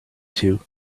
two